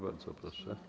Bardzo proszę.